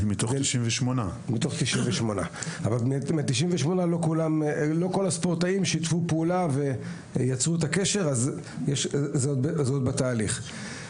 לא כל הספורטאים שיתפו פעולה ויצרו קשר אז זה עדיין בתהליך.